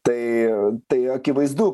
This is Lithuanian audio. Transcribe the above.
tai tai akivaizdu